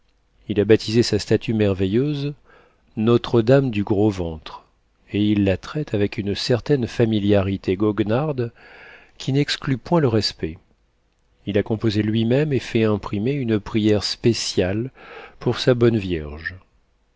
il a baptisé sa statue merveilleuse notre-dame du gros ventre et il la traite avec une certaine familiarité goguenarde qui n'exclut point le respect il a composé lui-même et fait imprimer une pièce spéciale pour sa bonne vierge